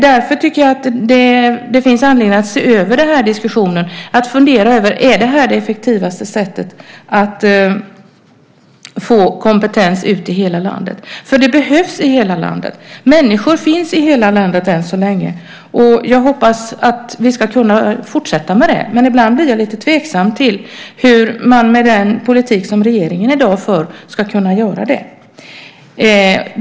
Därför tycker jag att det finns anledning att fundera över om det här är det effektivaste sättet att få ut kompetens i hela landet, för det behövs i hela landet. Människor finns i hela landet än så länge, och det hoppas jag ska kunna fortsätta. Men ibland blir jag lite tveksam, med tanke på den politik som regeringen i dag för, till hur de ska kunna göra det.